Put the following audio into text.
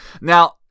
Now